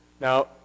Now